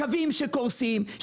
קווים שקורסים,